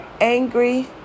angry